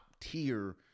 tier